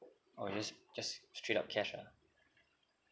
or just just straight up cash ah